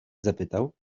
zapytał